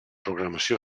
programació